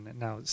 Now